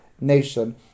nation